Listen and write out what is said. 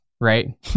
right